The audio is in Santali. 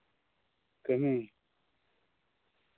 ᱠᱟᱹᱢᱤ